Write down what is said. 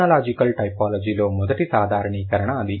phonological టైపోలాజీలో మొదటి సాధారణీకరణ అది